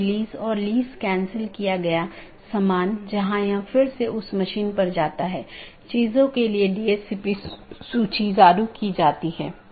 तो एक BGP विन्यास एक ऑटॉनमस सिस्टम का एक सेट बनाता है जो एकल AS का प्रतिनिधित्व करता है